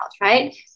right